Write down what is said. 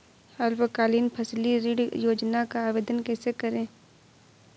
अल्पकालीन फसली ऋण योजना का आवेदन कैसे करें?